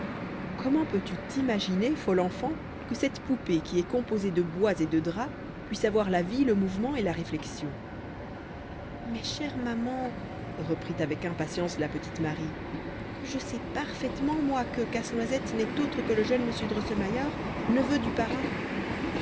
comment peux-tu t'imaginer folle enfant que cette poupée qui est composée de bois et de drap puisse avoir la vie le mouvement et la réflexion mais chère maman reprit avec impatience la petite marie je sais parfaitement moi que casse-noisette n'est autre que le jeune m drosselmayer neveu du parrain